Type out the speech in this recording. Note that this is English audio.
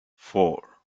four